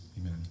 Amen